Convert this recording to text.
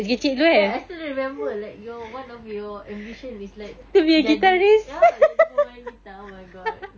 ya I still remember like your one of your ambition is like jadi ya jadi pemain guitar oh my god